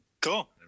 cool